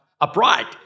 upright